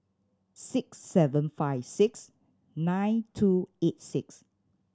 six seven five six nine two eight six